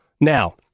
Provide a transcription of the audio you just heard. Now